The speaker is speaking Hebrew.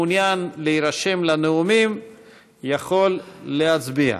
מי שמעוניין להירשם לנאומים יכול להצביע.